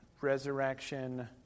Resurrection